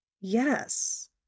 Yes